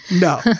No